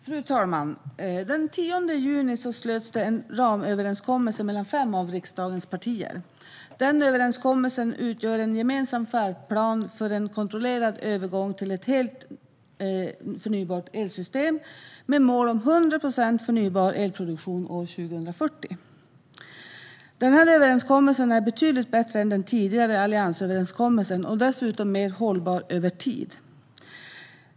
Fru talman! Den 10 juni slöts en ramöverenskommelse mellan fem av riksdagens partier. Denna överenskommelse utgör en gemensam färdplan för en kontrollerad övergång till ett helt förnybart elsystem med mål om 100 procent förnybar elproduktion år 2040. Skatteförslag med anledning av energi-överenskommelsen Denna överenskommelse är betydligt bättre än den tidigare alliansöverenskommelsen och dessutom mer hållbar över tid.